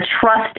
trust